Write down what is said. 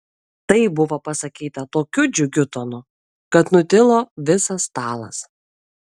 tai buvo pasakyta tokiu džiugiu tonu kad nutilo visas stalas